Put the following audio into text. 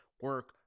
Work